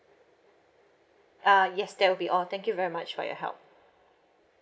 uh yes that will be all thank you very much for your help